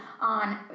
on